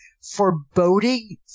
foreboding